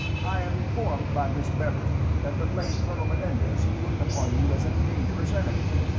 i am informed by miss beverley that the late colonel menendez looked upon you as a dangerous enemy.